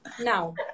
now